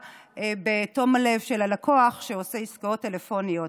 בתום הלב של הלקוח שעושה עסקאות טלפוניות.